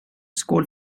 skål